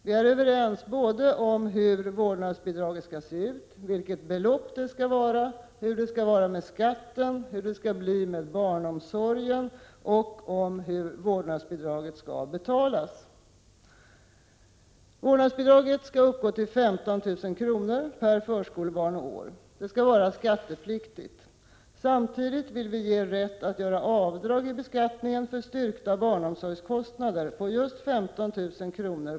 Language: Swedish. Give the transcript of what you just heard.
Vi är överens både om hur vårdnadsbidraget skall se ut, vilket belopp det skall vara, hur det skall vara med skatten, hur det skall bli med barnomsorgen och om hur vårdnadsbidraget skall betalas. Vårdnadsbidraget skall uppgå till 15 000 kr. per förskolebarn och år. Det skall vara skattepliktigt. Samtidigt vill vi ge rätt att göra avdrag i beskattningen för styrkta barnomsorgskostnader på just 15 000 kr.